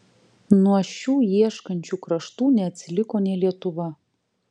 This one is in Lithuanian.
nuo šių ieškančių kraštų neatsiliko nė lietuva